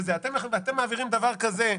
ואתם מעבירים דבר כזה,